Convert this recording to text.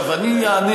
אז אני אענה,